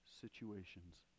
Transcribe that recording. situations